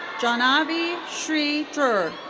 jhanavi sridhar.